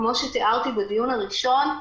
כמו שתיארתי בדיון הראשון,